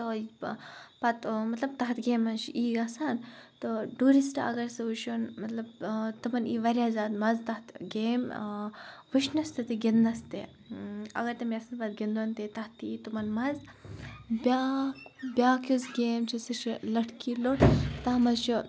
تہٕ پَتہٕ مَطلَب تَتھ گیمہِ مَنٛز چھُ یی گَژھان تہٕ ٹوٗرِسٹ اَگَر سہُ وِچھَن مَطلَب تِمَن یی واریاہ زیاد مَز تَتھ گیمہِ وٕچھنَس تہِ گِنٛدنَس تہِ اَگر تِم یَژھَن پَتہٕ گِنٛدُن تہِ تَتھ تہِ یِی تتِمَن مَزٕ بیاکھ بیاکھ یُس گیم چھِ سُہ چھِ لَٹھکی لوٚٹھ تَتھ مَنٛز چھُ